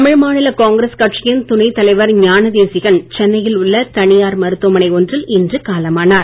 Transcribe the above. தமிழ் மாநில காங்கிரஸ் கட்சியின் துணைத் தலைவர் ஞானதேசிகன் சென்னையில் உள்ள தனியார் மருத்துவமனை ஒன்றில் இன்று காலமானார்